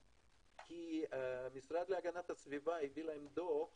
כי משרד להגנת הסביבה הביא להם דו"ח